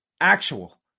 actual